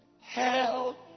Hell